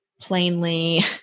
plainly